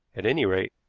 at any rate,